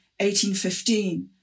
1815